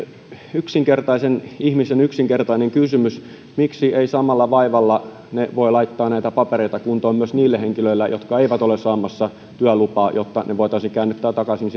yksinkertaisen ihmisen yksinkertainen kysymys miksi ne eivät samalla vaivalla voi laittaa näitä papereita kuntoon myös niille henkilöille jotka eivät ole saamassa työlupaa jotta heidät voitaisiin käännyttää takaisin